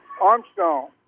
Armstrong